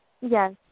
Yes